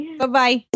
Bye-bye